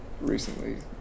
recently